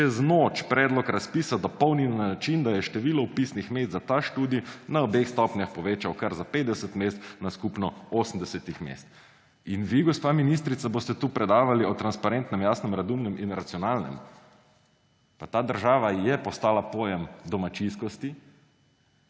čez noč predlog razpisa dopolnil na način, da je število vpisnih mest za ta študij na obeh stopnjah povečal kar za 50 mest na skupno 80 mest. In vi, gospa ministrica, boste tu predavali o transparentnem, jasnem, razumnem in racionalnem. Ta država je postala pojem domačijskosti